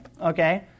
okay